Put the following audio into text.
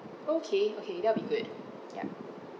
okay okay that will be good ya